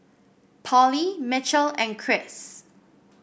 Pollie Michel and Chris